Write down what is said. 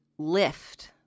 Lift